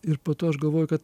ir po to aš galvoju kad